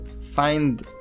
find